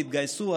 התגייסו,